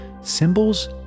symbols